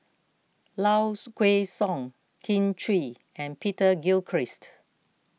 Lows Kway Song Kin Chui and Peter Gilchrist